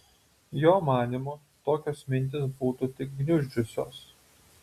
jo manymu tokios mintys būtų tik gniuždžiusios